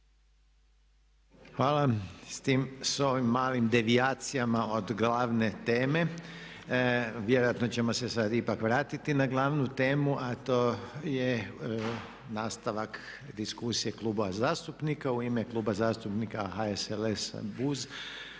Hvala. S ovim malim devijacijama od glavne teme vjerojatno ćemo se sada ipak vratiti na glavnu temu a to je nastavak diskusije klubova zastupnika. U ime Kluba zastupnika HSLS, BUZ,